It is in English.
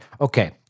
Okay